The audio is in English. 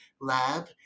Lab